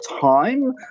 time